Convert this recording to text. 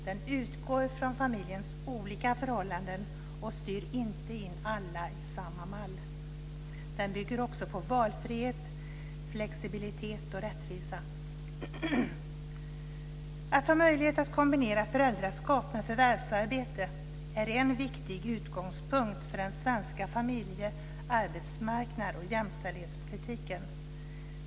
Den utgår från familjens olika förhållanden och styr inte in alla i samma mall. Den bygger också på valfrihet, flexibilitet och rättvisa. Att ha möjlighet att kombinera föräldraskap med förvärvsarbete är en viktig utgångspunkt för den svenska familje-, arbetsmarknads och jämställdhetspolitiken.